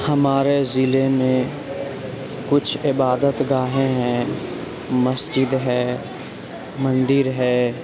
ہمارے ضلع میں کچھ عبادت گاہیں ہیں مسجد ہے مندر ہے